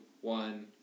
one